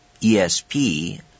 ESP